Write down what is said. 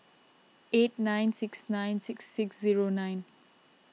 eight nine six nine six six zero nine